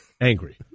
angry